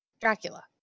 Dracula